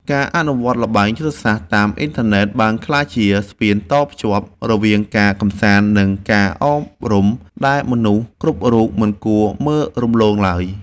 ការអនុវត្តល្បែងយុទ្ធសាស្ត្រតាមអ៊ីនធឺណិតបានក្លាយជាស្ពានតភ្ជាប់រវាងការកម្សាន្តនិងការអប់រំដែលមនុស្សគ្រប់រូបមិនគួរមើលរំលងឡើយ។